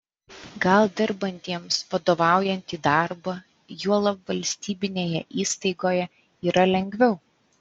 gal dirbantiems vadovaujantį darbą juolab valstybinėje įstaigoje yra lengviau